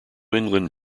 england